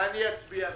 ואני אצביע בעד.